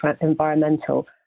environmental